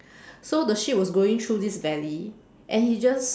so the ship was going through this valley and he just